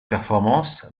performance